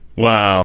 wow